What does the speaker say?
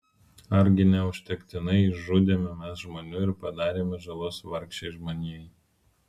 argi neužtektinai išžudėme mes žmonių ir padarėme žalos vargšei žmonijai